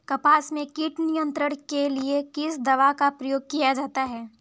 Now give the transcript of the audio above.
कपास में कीट नियंत्रण के लिए किस दवा का प्रयोग किया जाता है?